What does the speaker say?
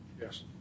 Yes